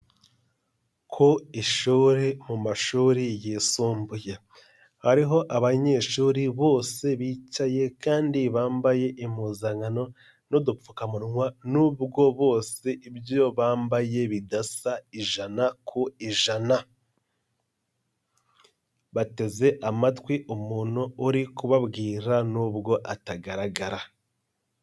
Ku ishuri mu mashuri yisumbuye hariho abanyeshuri bose bicaye kandi bambaye impuzankano n'udupfukamunwa nubwo bose ibyo bambaye bidasa ijana ku ijana, bateze amatwi umuntu uri kubabwira nubwo atagaragara.